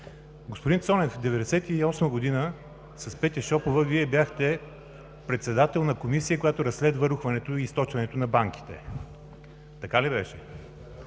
Господин Цонев, през 1998 г. с Петя Шопова Вие бяхте председател на комисия, която разследва рухването и източването на банките. Така ли беше?